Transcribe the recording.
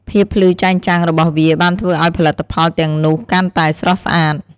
ភាពភ្លឺចែងចាំងរបស់វាបានធ្វើឱ្យផលិតផលទាំងនោះកាន់តែស្រស់ស្អាត។